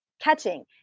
catching